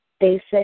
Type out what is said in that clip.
Basic